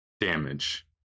Damage